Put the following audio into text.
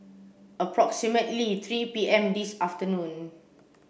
approximately three P M this afternoon